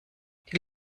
die